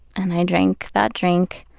and i drank that drink.